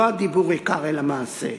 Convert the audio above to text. לא הדיבור עיקר, אלא המעשה.